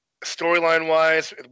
storyline-wise